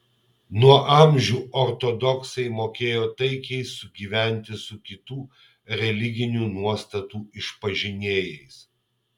nuo amžių ortodoksai mokėjo taikiai sugyventi su kitų religinių nuostatų išpažinėjais